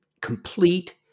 complete